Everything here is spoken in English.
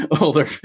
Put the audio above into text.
older